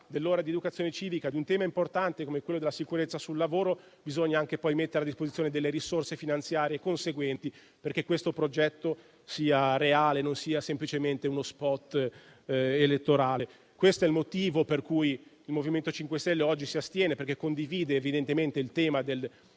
dell'ora di educazione civica, di un tema importante come quello della sicurezza sul lavoro, bisogna anche poi mettere a disposizione delle risorse finanziarie conseguenti, affinché questo progetto sia reale e non semplicemente uno *spot* elettorale. Questo è il motivo per cui il MoVimento 5 Stelle oggi si astiene; condividiamo evidentemente il tema del